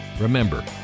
Remember